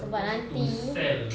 sebab nanti